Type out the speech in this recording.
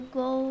go